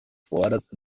fordert